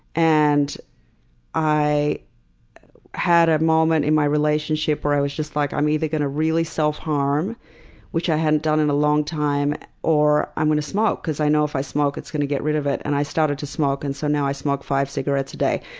and i had a moment in my relationship where i was just like, i'm either going to really self harm which i hadn't done in a long time or i'm going to smoke. because i know if i smoke it's going to get rid of it. and i started to smoke, and so now i smoke five cigarettes a day.